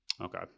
Okay